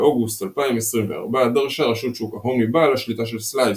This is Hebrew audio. באוגוסט 2024 דרשה רשות שוק ההון מבעל השליטה של סלייס,